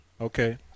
Okay